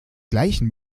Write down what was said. gleichen